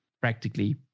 practically